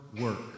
work